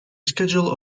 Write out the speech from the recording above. schedule